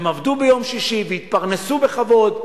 הם עבדו ביום שישי והתפרנסו בכבוד,